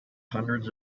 hundreds